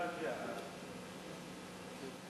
ההצעה להעביר את הצעת חוק אוויר נקי (תיקון מס' 2),